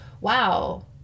wow